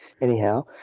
Anyhow